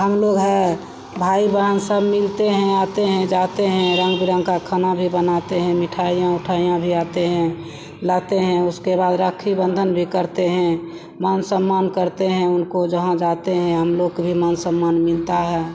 हमलोग है भाई बहन सब मिलते हैं आते हैं जाते हैं रंग बिरंग का खाना भी बनाते हैं मिठाइयाँ उठाइयाँ भी आती हैं लाते हैं उसके बाद राखी बन्धन भी करते हैं मान सम्मान करते हैं उनको जहाँ जाते हैं हमलोग को भी मान सम्मान मिलता है